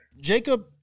Jacob